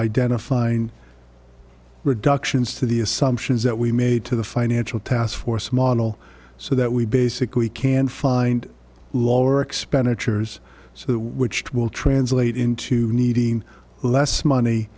identifying reductions to the assumptions that we made to the financial taskforce model so that we basically can find lower expenditures so which will translate into needing less money